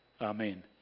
Amen